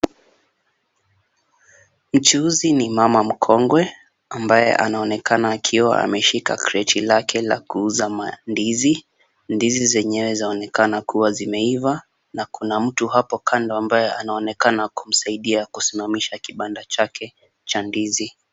Mchuuzi ni mama mkongwe, ambaye anaonekana akiwa ameshika kreti lake la kuuza mandizi, ndizi zenyewe zaonekana kuwa zimeiva, na kuna mtu hapo kando ambaye anaonekana kumsaidia kusimamisha kibanda chake cha ndizi.